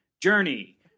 Journey